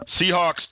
Seahawks